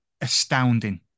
astounding